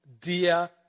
dear